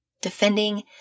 defending